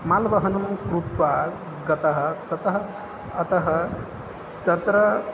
माल्वहनं कृत्वा गतः ततः अतः तत्र